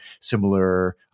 similar